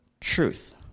truth